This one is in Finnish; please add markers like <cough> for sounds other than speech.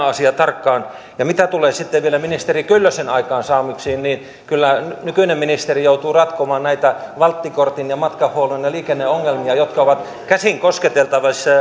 <unintelligible> asia tarkkaan mitä tulee vielä ministeri kyllösen aikaansaannoksiin niin kyllä nykyinen ministeri joutuu ratkomaan näitä waltti kortin ja matkahuollon ja ja liikenteen ongelmia jotka ovat käsin kosketeltavissa